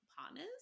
partners